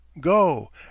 Go